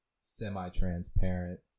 semi-transparent